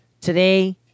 Today